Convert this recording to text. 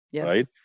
right